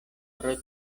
pro